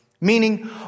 Meaning